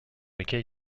lequel